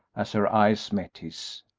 as her eyes met his,